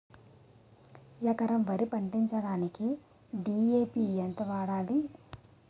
ఎకరం వరి పండించటానికి డి.ఎ.పి ఎంత వాడాలి?